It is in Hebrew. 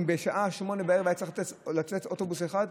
אם בשעה 20:00 היה צריך לצאת אוטובוס אחד,